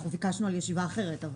אנחנו ביקשנו על ישיבה אחרת.